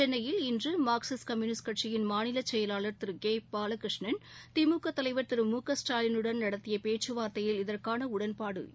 சென்னையில் இன்று Marxist Communist கட்சியின் மாநிலச்செயலாளர் திரு கே பாலகிருஷ்ணன் திமுக தலைவர் திரு முகஸ்டாலினுடன் நடத்திய பேச்சுவார்த்தையில் இதற்கான உடன்பாடு ஏற்பட்டது